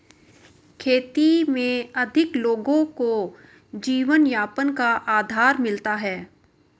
खेती में अधिक लोगों को जीवनयापन का आधार मिलता है